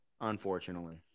Unfortunately